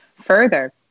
further